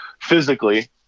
physically